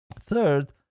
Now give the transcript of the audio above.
Third